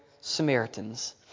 Samaritans